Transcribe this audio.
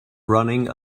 running